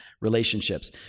relationships